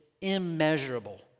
immeasurable